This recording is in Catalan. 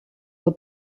del